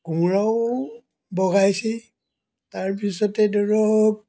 কোমোৰাও বগাইছেই তাৰ পিছতেই ধৰক